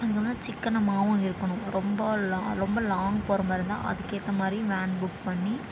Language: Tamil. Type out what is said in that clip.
அதுக்கப்புறம் சிக்கனமாகவும் இருக்கணும் ரொம்ப லா ரொம்ப லாங் போகிற மாதிரி இருந்தால் அதுக்கு ஏற்ற மாதிரி வேன் புக் பண்ணி